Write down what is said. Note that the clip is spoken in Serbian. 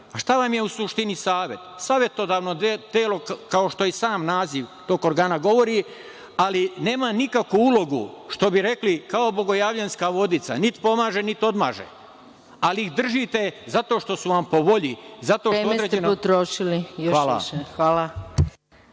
A šta vam je u suštini Savet? Savetodavno telo, kao što i sam naziv tog organa govori, ali, nema nikakvu ulogu. Što bi rekli – kao bogojavljanska vodica, nit pomaže, nit odmaže. Ali ih držite, zato što su vam po volji, zato što određena…